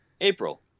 April